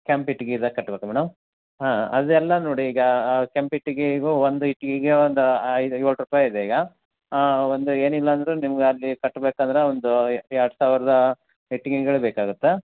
ಕೆಂಪು ಇಟ್ಗಿದು ಕಟ್ಬೇಕಾ ಮೇಡಮ್ ಹಾಂ ಅದೆಲ್ಲ ನೋಡಿ ಈಗ ಕೆಂಪು ಇಟ್ಟಿಗೇಗು ಒಂದು ಇಟ್ಟಿಗೆಗೆ ಒಂದು ಐದು ಏಳು ರೂಪಾಯಿ ಇದೆ ಈಗ ಒಂದು ಏನಿಲ್ಲ ಅಂದರು ನಿಮ್ಗೆ ಅಲ್ಲಿ ಕಟ್ಬೇಕಂದ್ರೆ ಒಂದು ಎರಡು ಸಾವಿರದ ಇಟ್ಟಿಗೆಗಳು ಬೇಕಾಗತ್ತೆ